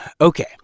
okay